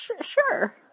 sure